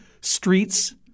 streets